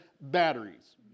batteries